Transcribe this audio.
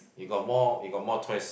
you got more you got more choice